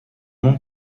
non